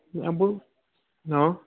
હા બોલો હં